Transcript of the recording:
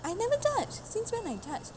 I never judge since when I judge